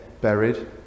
buried